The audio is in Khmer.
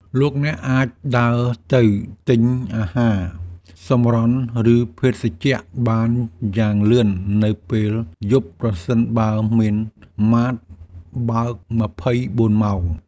លោកអ្នកអាចដើរទៅទិញអាហារសម្រន់ឬភេសជ្ជៈបានយ៉ាងលឿននៅពេលយប់ប្រសិនបើមានម៉ាតបើកម្ភៃបួនម៉ោង។